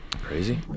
crazy